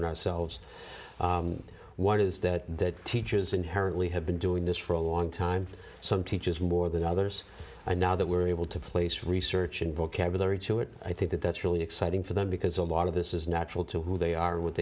children ourselves one is that teachers inherently have been doing this for a long time some teachers more than others and now that we're able to place research and vocabulary to it i think that that's really exciting for them because a lot of this is natural to who they are what